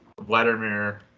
Vladimir